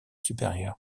supérieur